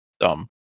dumb